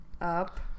up